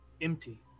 empty